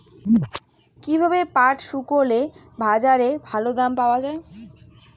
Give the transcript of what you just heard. কীভাবে পাট শুকোলে বাজারে ভালো দাম পাওয়া য়ায়?